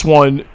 one